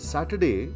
Saturday